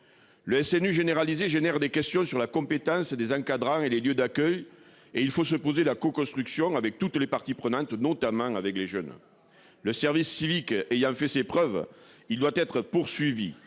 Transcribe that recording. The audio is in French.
Le SNU généralisée génère des questions sur la compétence des encadrants et les lieux d'accueil et il faut se poser la co-construction avec toutes les parties prenantes, notamment avec les jeunes. Le service civique et il a fait ses preuves, il doit être poursuivi